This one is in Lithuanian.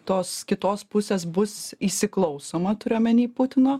tos kitos pusės bus įsiklausoma turiu omeny putino